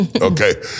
okay